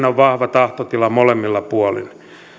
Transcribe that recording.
on vahva tahtotila molemmilla puolin